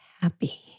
happy